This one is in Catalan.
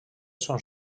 son